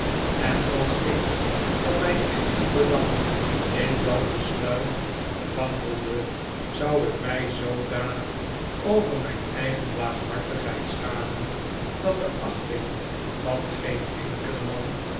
en als ik om myn eigen belang in datbesluit wankelde zou ik my zoodanig over myne eigene laaghartigheid schamen dat de achting van geen enkelen man